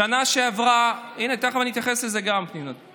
בשנה שעברה, הינה, תכף אני אתייחס גם לזה, פנינה.